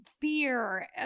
fear